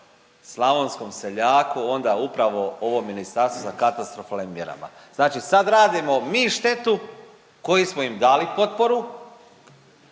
slavonskom seljaku onda upravo ovo ministarstvo sa katastrofalnim mjerama. Znači sad radimo mi štetu koju smo im dali potporu,